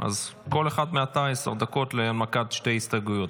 אז כל אחד מעתה עשר דקות להנמקת שתי הסתייגויות,